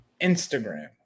Instagram